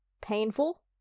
painful